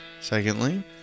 Secondly